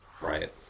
right